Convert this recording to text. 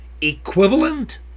equivalent